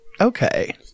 Okay